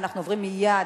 ואנחנו עוברים מייד,